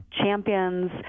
champions